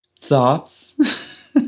Thoughts